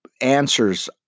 answers